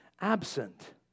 absent